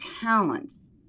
talents